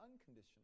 unconditional